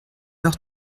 heure